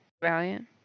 Valiant